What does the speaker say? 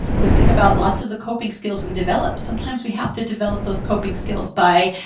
so think about lots of the coping skills we develop. sometimes we have to develop those coping skills by